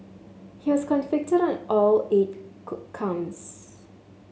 he was convicted on all eight counts